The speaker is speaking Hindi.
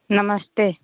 नमस्ते